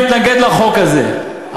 להתנגד לחוק הזה,